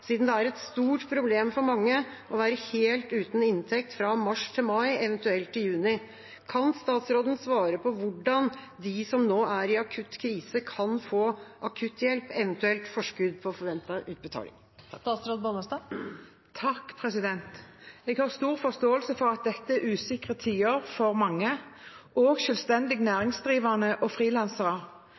siden det er et stort problem for mange å være helt uten inntekt fra mars til mai, eventuelt til juni. Kan statsråden svare på hvordan de som nå er i akutt krise, kan få akutt hjelp, eventuelt forskudd på forventet utbetaling? Jeg har stor forståelse for at dette er usikre tider for mange, òg for selvstendig næringsdrivende og frilansere.